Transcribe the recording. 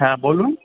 হ্যাঁ বলুন